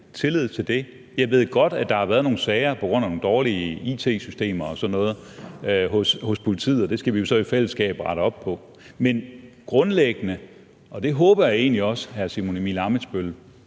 tillid til det. Jeg ved godt, at der har været nogle sager på grund af nogle dårlige it-systemer og sådan noget hos politiet, og det skal vi jo så i fællesskab rette op på. Men grundlæggende – og det håber jeg egentlig også hr. Simon Emil Ammitzbøll-Bille